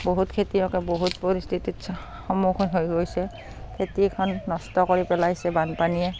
বহুত খেতিয়কে বহুত পৰিস্থিতিত সমুখীন হৈ গৈছে খেতিখন নষ্ট কৰি পেলাইছে বানপানীয়ে